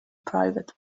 private